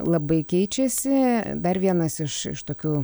labai keičiasi dar vienas iš tokių